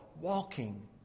walking